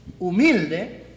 humilde